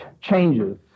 changes